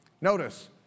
notice